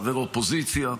חבר אופוזיציה,